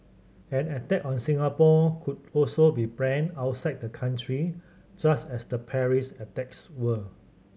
an attack on Singapore could also be planned outside the country just as the Paris attacks were